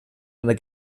einer